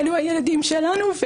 אלו הילדים שלנו.